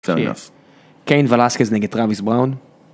קיין ולאסקס נגד טראביס בראון